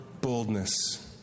boldness